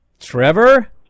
Trevor